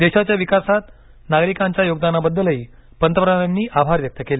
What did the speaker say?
देशाच्या विकासात नागरिकांच्या योगदानाबद्दलही पंतप्रधानांनी आभार व्यक्त केले